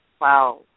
Wow